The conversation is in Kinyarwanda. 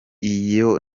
iyo